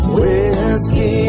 Whiskey